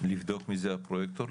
לבדוק מי זה הפרויקטור,